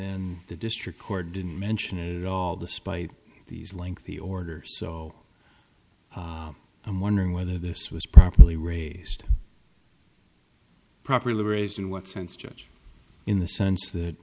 then the district court didn't mention it at all despite these lengthy orders so i'm wondering whether this was properly raised properly raised in what sense judge in the sense that